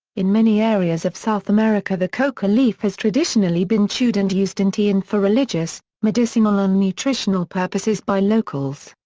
in many areas of south america the coca leaf has traditionally been chewed and used in tea and for religious, medicinal and nutritional purposes by locals.